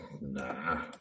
Nah